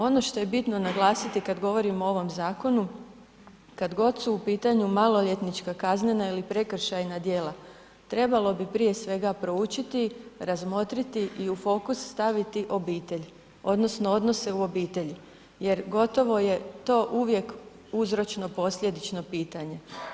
Ono što je bitno naglasiti kad govorimo o ovom zakonu, kad god su u pitanju maloljetnička kaznena ili prekršajna djela, trebalo bi prije svega proučiti, razmotriti i u fokus staviti obitelj odnosno odnose u obitelji jer gotovo je to uvijek uzročno-posljedično pitanje.